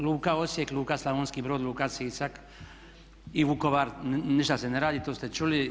Luka Osijek, Luka Slavonski Brod, Luka Siska i Vukovar ništa se ne radi to ste čuli.